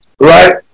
Right